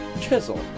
chisel